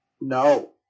No